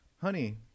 honey